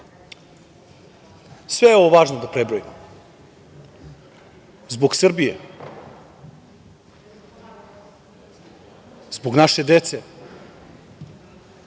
je ovo važno da prebrojimo zbog Srbije, zbog naše dece.